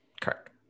Correct